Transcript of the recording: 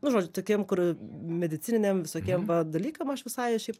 nu žodžiu tokiem kur medicininiem visokiem dalykam aš visai šiaip